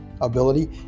ability